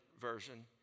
Version